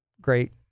great